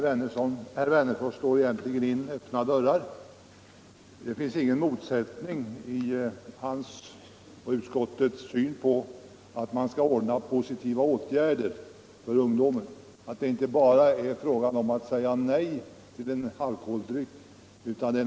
Vi skall ställa upp för varandra.